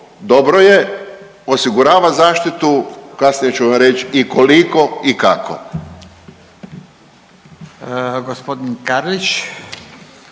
dobro je, osigurava zaštitu. Kasnije ću vam reći i koliko i kako.